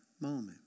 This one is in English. moment